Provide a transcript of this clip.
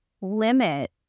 limit